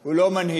הוא לא מנהיג.